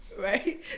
right